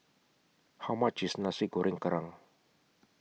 How much IS Nasi Goreng Kerang